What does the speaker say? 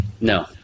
no